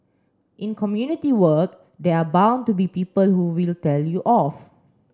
in community work there are bound to be people who will tell you off